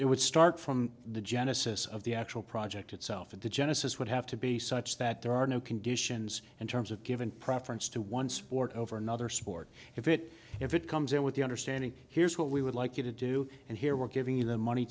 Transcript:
it would start from the genesis of the actual project itself and the genesis would have to be such that there are no conditions in terms of giving preference to one sport over another sport if it if it comes out with the understanding here's what we would like you to do and here we're giving you the money